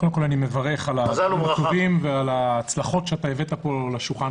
קודם כול אני מברך על הדברים החשובים ועל ההצלחות שאתה הבאת פה לשולחן.